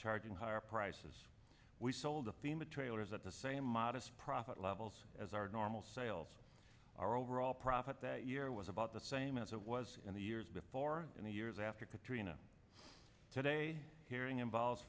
charging higher prices we sold the fema trailers at the same modest profit levels as our normal sales our overall profit that year was about the same as it was in the years before in the years after katrina today hearing involves